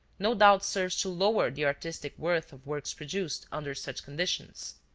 no doubt serves to lower the artistic worth of works produced under such conditions.